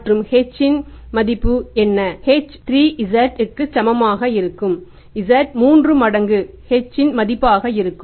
மற்றும் h இன் மதிப்பு என்ன h 3z க்கு சமமாக இருக்கும் z இன் 3 மடங்கு h இன் மதிப்பாக இருக்கும்